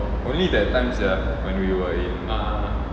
only that time sia when we were in